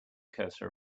cursor